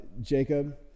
Jacob